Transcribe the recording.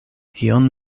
kion